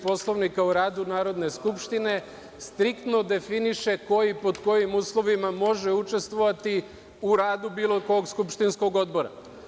Poslovnika o radu Narodne skupštine striktno definiše ko i pod kojim uslovima može učestvovati u radu bilo kog skupštinskog odbora.